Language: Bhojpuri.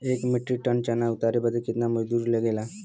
एक मीट्रिक टन चना उतारे बदे कितना मजदूरी लगे ला?